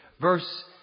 verse